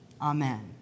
Amen